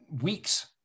weeks